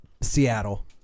Seattle